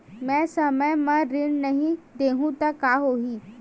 मैं समय म ऋण नहीं देहु त का होही